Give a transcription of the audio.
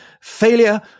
Failure